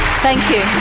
thank you.